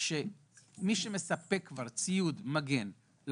שהעובדים יזלזלו במי שמספק להם ציוד מגן.